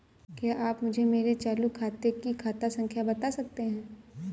क्या आप मुझे मेरे चालू खाते की खाता संख्या बता सकते हैं?